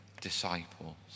disciples